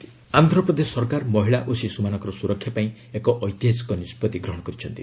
ଆନ୍ଧ୍ରା ଦିଶା ଆକୁ ଆନ୍ଧ୍ରପ୍ରଦେଶ ସରକାର ମହିଳା ଓ ଶିଶୁମାନଙ୍କର ସୁରକ୍ଷା ପାଇଁ ଏକ ଐତିହାସିକ ନିଷ୍ପତ୍ତି ଗ୍ରହଣ କରିଛନ୍ତି